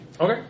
Okay